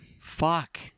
Fuck